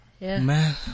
Man